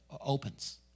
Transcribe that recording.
opens